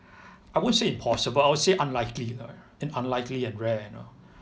I won't say impossible I would say unlikely an unlikely and rare you know